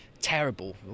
terrible